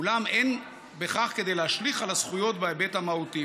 אולם אין בכך כדי להשליך על הזכויות בהיבט המהותי".